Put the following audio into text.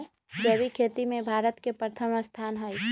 जैविक खेती में भारत के प्रथम स्थान हई